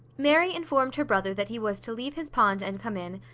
mary informed her brother that he was to leave his pond and come in,